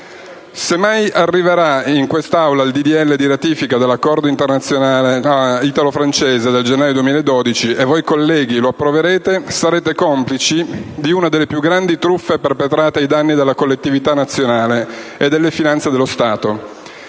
«Se mai arriverà in questa Aula il disegno di legge di ratifica dell'accordo internazionale italo francese del gennaio 2012, e voi colleghi lo approverete, sarete complici di una delle più grandi truffe perpetrate ai danni della collettività nazionale e delle finanze dello Stato.